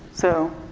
so,